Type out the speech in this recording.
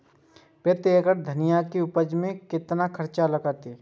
प्रति एकड़ धनिया के उपज में कतेक खर्चा लगते?